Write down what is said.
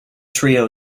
trio